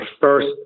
first